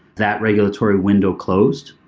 that regulatory window closed.